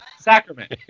Sacrament